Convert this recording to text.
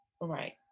right